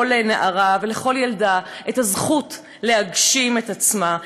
נערה ולכל ילדה את הזכות להגשים את עצמה,